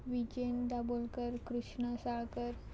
Vijen Dabolkar Krishna Salkar